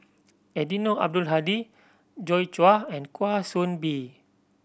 Eddino Abdul Hadi Joi Chua and Kwa Soon Bee